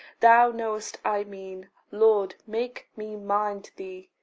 thou know'st i mean lord, make me mind thee.